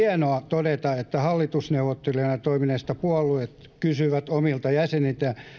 todeta että hallitusneuvottelijoina toimineet puolueet kysyivät omilta jäseniltään